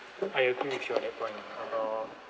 I agree with you on that point about